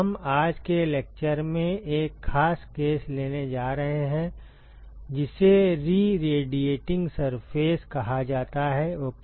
हम आज के लेक्चर में एक खास केस लेने जा रहे हैं जिसे री रेडिएटिंग सरफेस कहा जाता है ओके